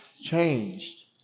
changed